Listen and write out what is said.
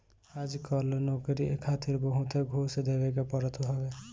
आजकल नोकरी खातिर बहुते घूस देवे के पड़त हवे